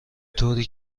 طوری